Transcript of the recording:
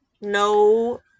No